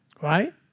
right